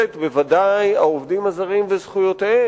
בוודאי לתועלת העובדים הזרים וזכויותיהם,